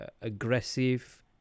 aggressive